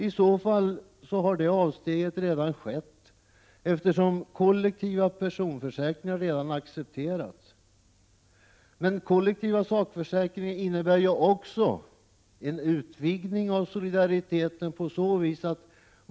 Ja, i så fall har det avsteget redan gjorts, eftersom kollektiva personförsäkringar redan Prot. 1987/88:32 <haraccepterats. Den kollektiva sakförsäkringen innebär också en utvidgning 26 november 1987 av solidariteten.